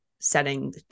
setting